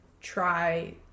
try